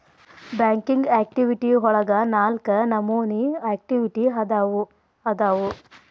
banking activity ಒಳಗ ನಾಲ್ಕ ನಮೋನಿ ಆಕ್ಟಿವಿಟಿ ಅದಾವು ಅದಾವು